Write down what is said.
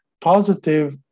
positive